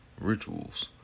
rituals